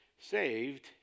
saved